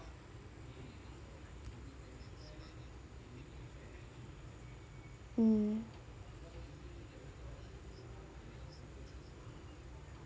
mmhmm